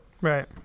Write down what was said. Right